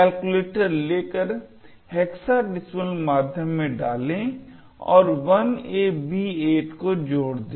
calculator लेकर hexadecimal माध्यम में डालें और 1AB8 को जोड़ दे